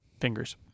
fingers